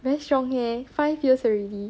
very strong eh five years already